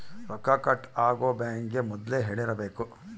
ರೊಕ್ಕ ಕಟ್ ಆಗೋ ಬ್ಯಾಂಕ್ ಗೇ ಮೊದ್ಲೇ ಹೇಳಿರಬೇಕು